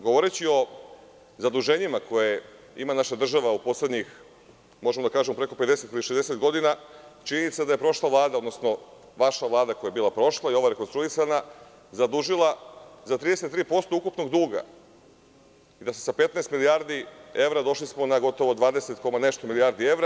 Govoreći o zaduženjima koje ima naša država u poslednjih preko 50, 60 godina, činjenica je da je prošla Vlada, odnosno vaša Vlada koja je bila prošla i ova rekonstruisana, zadužila za 33% ukupnog duga, da smo sa 15 milijardi evra došli na gotovo dvadeset koma nešto milijardi evra.